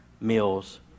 meals